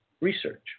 research